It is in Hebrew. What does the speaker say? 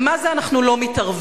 ומה זה: אנחנו לא מתערבים?